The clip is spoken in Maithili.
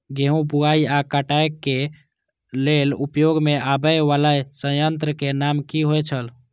गेहूं बुआई आ काटय केय लेल उपयोग में आबेय वाला संयंत्र के नाम की होय छल?